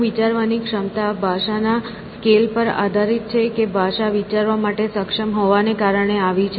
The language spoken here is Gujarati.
શું વિચારવાની ક્ષમતા ભાષાના સ્કેલ પર આધારિત છે કે ભાષા વિચારવા માટે સક્ષમ હોવાને કારણે આવી છે